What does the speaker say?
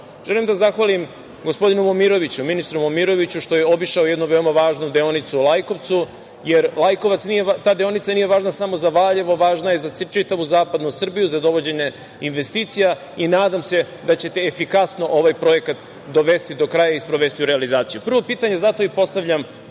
tome. Želim da zahvalim gospodinu Momiroviću, ministru Momiroviću što je obišao jednu veoma važnu deonicu u Lajkovcu, jer ta deonica nije važna samo za Valjevo, važna je za čitavu zapadnu Srbiju, za dovođenje investicija i nadam se da ćete efikasno ovaj projekat dovesti do kraja i sprovesti u realizaciju. Prvo pitanje zato i postavljam